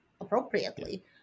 appropriately